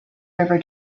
river